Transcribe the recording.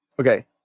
Okay